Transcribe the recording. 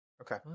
Okay